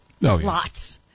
Lots